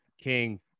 King